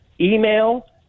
email